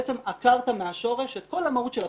בעצם עקרת מהשורש את כל המהות של הבחינה.